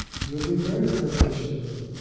he would be very courteous to her,